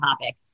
topic